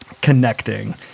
connecting